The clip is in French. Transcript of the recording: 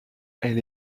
elle